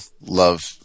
love